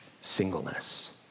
Singleness